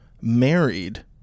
married